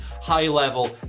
high-level